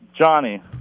Johnny